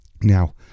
Now